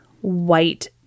white